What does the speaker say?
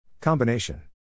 Combination